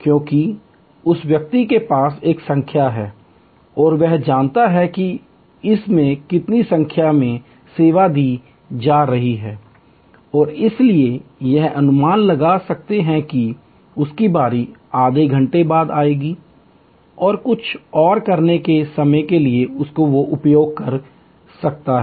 क्योंकि उस व्यक्ति के पास एक संख्या है और वह जानता है कि इस में कितनी संख्या में सेवा दी जा रही है और इसलिए यह अनुमान लगा सकता है कि उसकी बारी आधे घंटे बाद आएगी और कुछ और करने के लिए समय का उपयोग कर सकती है